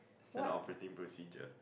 Standard operating procedure